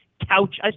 couch